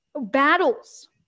battles